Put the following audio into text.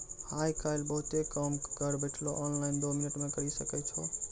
आय काइल बहुते काम घर बैठलो ऑनलाइन दो मिनट मे करी सकै छो